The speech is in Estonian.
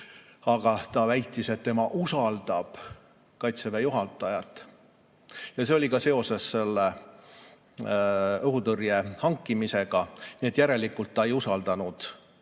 aga ta väitis, et ta usaldab Kaitseväe juhatajat. Ja see oli ka seoses selle õhutõrje hankimisega, nii et järelikult ta ei usaldanud